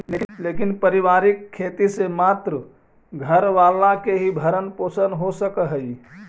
लेकिन पारिवारिक खेती से मात्र घर वाला के ही भरण पोषण हो सकऽ हई